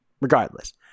Regardless